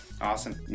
Awesome